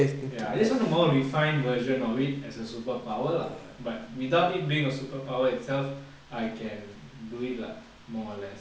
ya I just want a more refined version of it as a superpower lah but without it being a superpower itself I can do it lah more or less